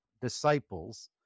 disciples